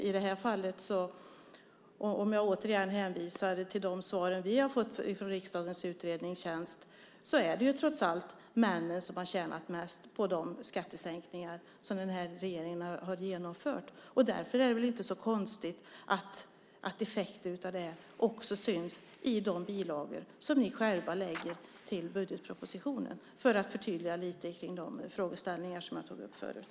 I det här fallet, om jag återigen hänvisar till de svar vi har fått från riksdagens utredningstjänst, är det trots allt männen som har tjänat mest på de skattesänkningar som den här regeringen har genomfört. Därför är det väl inte så konstigt att effekter av det också syns i de bilagor som ni själva lägger till budgetpropositionen. Detta ville jag säga för att förtydliga lite kring de frågeställningar som jag tog upp förut.